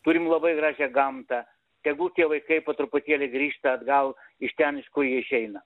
turim labai gražią gamtą tegul tie vaikai po truputėlį grįžta atgal iš ten iš kur jie išeina